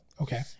Okay